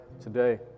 today